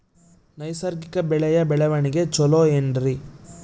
ನೈಸರ್ಗಿಕ ಬೆಳೆಯ ಬೆಳವಣಿಗೆ ಚೊಲೊ ಏನ್ರಿ?